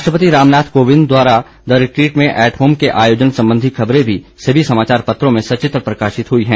राष्ट्रपति रामनाथ कोविंद द्वारा the retreat में एट होम के आयोजन संबधी खबरें भी सभी समाचार पत्रों में सचित्र प्रकाशित हुई हैं